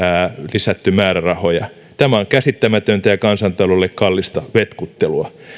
lisätty määrärahoja tämä on käsittämätöntä ja kansantaloudelle kallista vetkuttelua